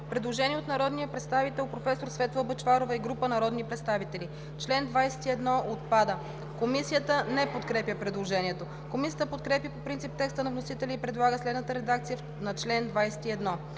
предложение от народния представител професор Светла Бъчварова и група народни представители: „Член 18 – отпада.“ Комисията не подкрепя предложението. Комисията подкрепя по принцип текста на вносителя и предлага следната редакция на чл.